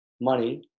money